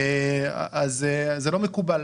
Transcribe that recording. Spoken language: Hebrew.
אז זה לא מקובל.